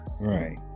Right